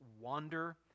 wander